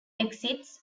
exits